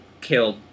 killed